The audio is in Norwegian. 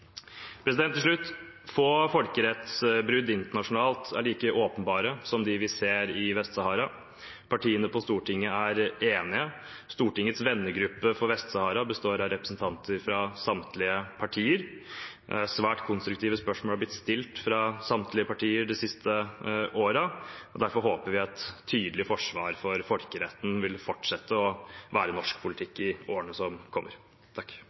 Til slutt: Få folkerettsbrudd internasjonalt er like åpenbare som dem vi ser i Vest-Sahara. Partiene på Stortinget er enige. Stortingets vennegruppe for Vest-Sahara består av representanter fra samtlige partier. Svært konstruktive spørsmål er blitt stilt fra samtlige partier de siste årene, og derfor håper vi et tydelig forsvar for folkeretten vil fortsette å være norsk politikk i årene som kommer.